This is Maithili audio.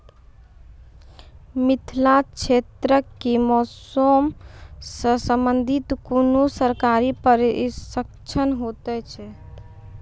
मिथिला क्षेत्रक कि मौसम से संबंधित कुनू सरकारी प्रशिक्षण हेतु छै?